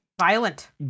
violent